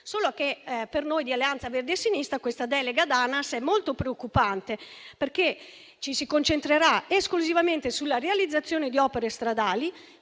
ad ANAS. Per noi di Alleanza Verdi e Sinistra però questa delega ad ANAS è molto preoccupante, perché ci si concentrerà esclusivamente sulla realizzazione di opere stradali